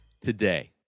today